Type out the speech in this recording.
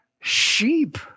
sheep